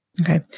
Okay